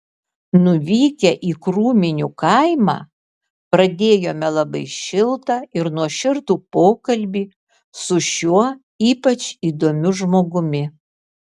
nuvykę į krūminių kaimą pradėjome labai šiltą ir nuoširdų pokalbį su šiuo ypač įdomiu žmogumi